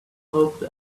hope